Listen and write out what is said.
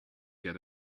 get